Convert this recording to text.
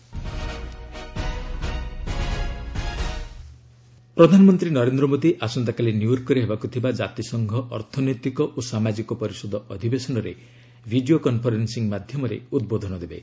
PM UN ECOSOC ପ୍ରଧାନମନ୍ତ୍ରୀ ନରେନ୍ଦ୍ର ମୋଦୀ ଆସନ୍ତାକାଲି ନିଓ୍ୱର୍କରେ ହେବାକୁଥିବା ଜାତିସଂଘ ଅର୍ଥନୈତିକ ଓ ସାମାଜିକ ପରିଷଦ ଅଧିବେଶନରେ ଭିଡ଼ିଓ କନ୍ଫରେନ୍ଫି ମାଧ୍ୟମରେ ଉଦ୍ବୋଧନ ଦେବେ